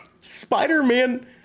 Spider-Man